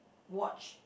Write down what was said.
watch